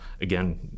again